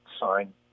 sign